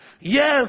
Yes